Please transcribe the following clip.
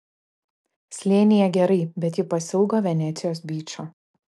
slėnyje gerai bet ji pasiilgo venecijos byčo